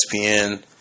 ESPN